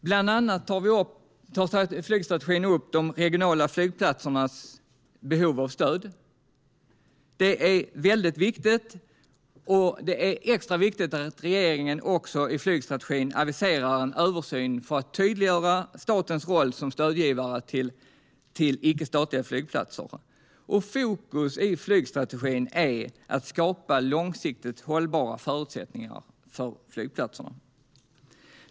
Bland annat tar flygstrategin upp de regionala flygplatsernas behov av stöd. Det är väldigt viktigt. Det är extra viktigt att regeringen i flygstratregin aviserar en översyn för att tydliggöra statens roll som stödgivare till icke-statliga flygplatser. Fokus i flygstrategin är att skapa långsiktigt hållbara förutsättningar för flygplatserna.